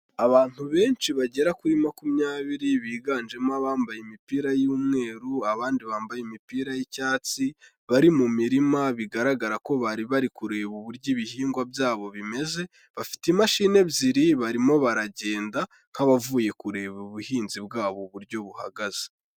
Abantu benshi bagera kuri makumyabiri, biganjemo abambaye imipira y'umweru, abandi bambaye imipira y'icyatsi, bari mu mirima bigaragara ko bari bari kureba uburyo ibihingwa byabo bimeze, bafite imashini ebyiri barimo baragenda nk'abavuye kureba ubuhinzi bwabo uburyo buhagaze.